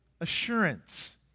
assurance